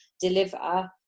deliver